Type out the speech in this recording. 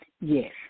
Yes